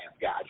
God